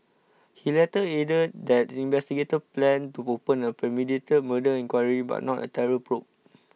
he later added that investigators planned to open a premeditated murder inquiry but not a terror probe